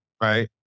Right